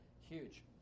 huge